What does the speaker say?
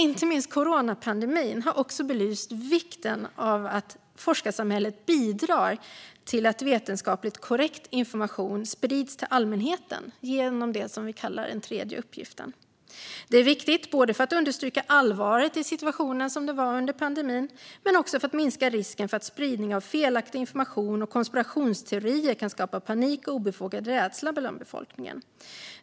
Inte minst coronapandemin har belyst vikten av att forskarsamhället bidrar till att vetenskapligt korrekt information sprids till allmänheten genom det som vi kallar den tredje uppgiften. Detta är viktigt både för att understryka allvaret i situationen, så som den var under pandemin, och för att minska risken för att spridning av felaktig information och konspirationsteorier skapar panik och obefogad rädsla hos befolkningen.